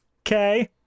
okay